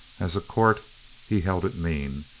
as a court he held it mean.